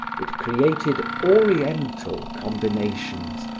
it created oriental combinations,